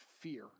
fear